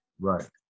Right